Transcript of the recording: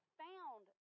found